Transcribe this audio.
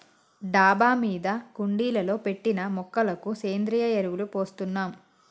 డాబా మీద కుండీలలో పెట్టిన మొక్కలకు సేంద్రియ ఎరువులు పోస్తున్నాం